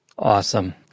Awesome